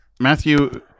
Matthew